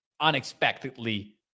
unexpectedly